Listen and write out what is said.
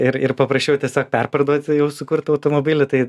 ir ir paprasčiau tiesiog perparduoti jau sukurtą automobilį tai